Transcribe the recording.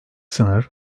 sınır